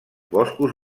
boscos